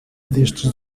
destes